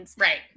Right